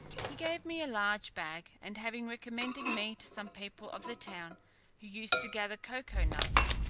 he gave me a large bag, and having recommended me to some people of the town, who used to gather cocoa-nuts,